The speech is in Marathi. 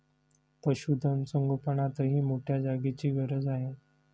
पशुधन संगोपनातही मोठ्या जागेची गरज आहे